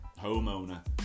homeowner